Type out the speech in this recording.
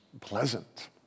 pleasant